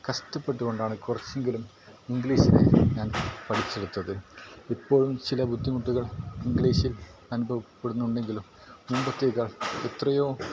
കുറച്ചെങ്കിലും ഇംഗ്ലീഷിനെ ഞാൻ പഠിച്ചെടുത്തത് ഇപ്പോഴും ചില ബുദ്ധിമുട്ടുകൾ ഇംഗ്ലീഷിൽ അനുഭവപ്പെടുന്നുണ്ടെങ്കിലും മുമ്പത്തേക്കാൾ എത്രയോ